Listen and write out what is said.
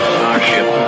Starship